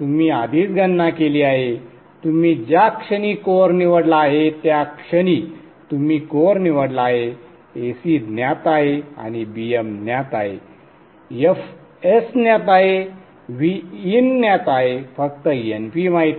तुम्ही आधीच गणना केली आहे तुम्ही ज्या क्षणी कोअर निवडला आहे त्या क्षणी तुम्ही कोअर निवडला आहे Ac ज्ञात आहे आणि Bm ज्ञात आहे fs ज्ञात आहे Vin ज्ञात आहे फक्त Np माहित नाही